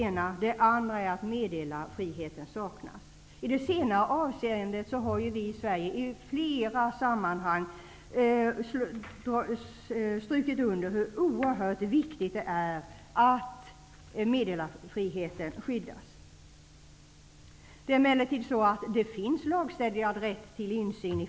Den andra är att meddelarfriheten saknas. I det senare avseendet har vi i Sverige i flera sammanhang understrukit hur oerhört viktigt det är att meddelarfriheten skyddas. Det finns emellertid i flera EG-länder lagstadgad rätt till insyn.